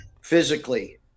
physically